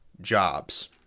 jobs